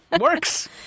Works